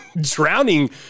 Drowning